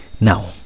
Now